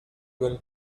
well